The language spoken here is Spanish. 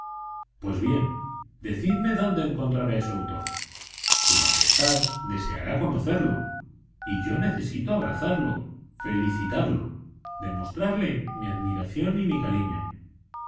pues bien decidme dónde encontraré a su autor su majestad deseará conocerlo y yo necesito abrazarlo felicitarlo demostrarle mi admiración y mi cariño